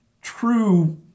true